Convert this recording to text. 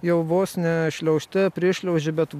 jau vos ne šliaužte prišliauži bet